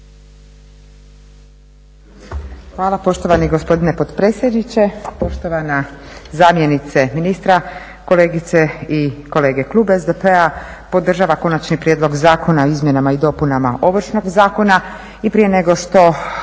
Hvala poštovani gospodine potpredsjedniče, poštovana zamjenice ministra, kolegice i kolege. Klub SDP-a podržava Konačni prijedlog zakona o izmjenama i dopunama Ovršnog zakona i prije nego što